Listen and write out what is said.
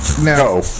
No